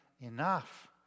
enough